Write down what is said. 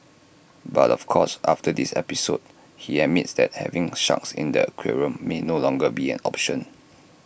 but of course after this episode he admits that having sharks in the aquarium may no longer be an option